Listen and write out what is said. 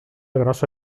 grossa